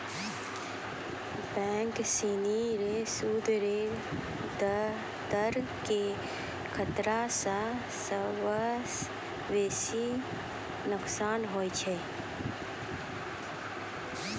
bank सिनी रो सूद रो दर के खतरा स सबसं बेसी नोकसान होय छै